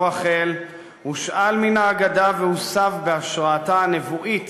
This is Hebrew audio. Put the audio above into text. רחל הושאל מן האגדה והוסב בהשראתה הנבואית